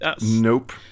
Nope